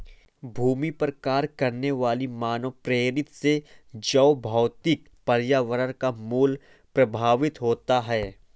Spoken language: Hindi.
भूमि पर कार्य करने वाली मानवप्रेरित से जैवभौतिक पर्यावरण का मूल्य प्रभावित होता है